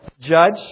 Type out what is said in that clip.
judge